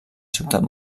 ciutat